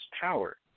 power